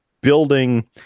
building